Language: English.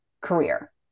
career